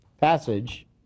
passage